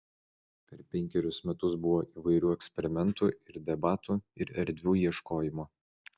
per penkerius metus buvo įvairių eksperimentų ir debatų ir erdvių ieškojimo